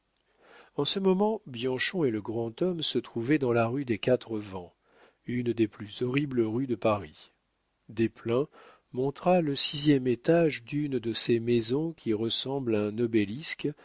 en ce moment bianchon et le grand homme se trouvaient dans la rue des quatre vents une des plus horribles rues de paris desplein montra le sixième étage d'une de ces maisons qui ressemblent à un obélisque